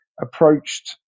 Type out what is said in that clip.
approached